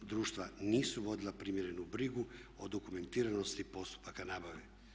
Društva nisu vodila primjerenu brigu o dokumentiranosti postupaka nabave.